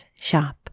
shop